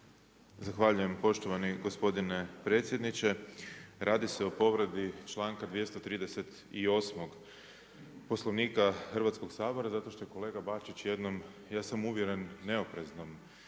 Zahvaljujem poštovani gospodine predsjedniče. Radi se o povredi članka 238. Poslovnika Hrvatskog sabora, zato što je kolega bačić, jednom, ja sam uvjeren neopreznom